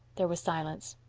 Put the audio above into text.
there was silence.